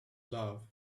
loved